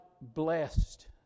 blessed